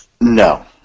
No